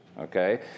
Okay